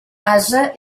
ase